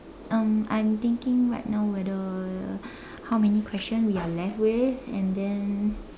um I'm thinking right now whether how many questions we are left with and then